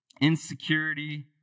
insecurity